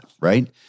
right